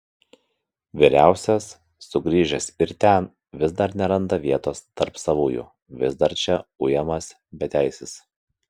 vyriausias sugrįžęs ir ten vis dar neranda vietos tarp savųjų vis dar čia ujamas beteisis